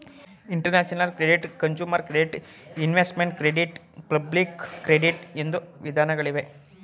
international credit, consumer credit, investment credit public credit ಎಂಬ ವಿಧಗಳಿವೆ